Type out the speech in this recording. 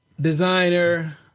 designer